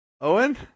Owen